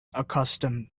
accustomed